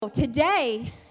Today